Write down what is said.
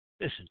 Listen